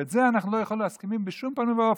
ולזה אנחנו לא יכולים להסכים בשום פנים ואופן.